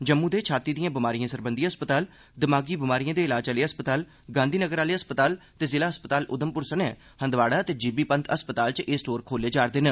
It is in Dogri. जम्मू दे छाती दिए ं बमारिए ं सरबंधी अस्पताल दिमागी बमारिए ं दे इलाज आह्ले अस्पताल गांधी नगर आह्ले अस्पताल ते जिला अस्पताल उधमपुर सने हंदवाड़ा ते जी बी पंत अस्पताल च एह स्टोर खोले जा'रदे न